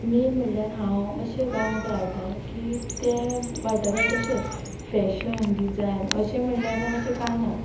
main म्हणल्यार हांव अशे गांवांत रावतां की त्या वाठारांत तशें फॅशन डिझायन अशें म्हणल्यार अशें कांय ना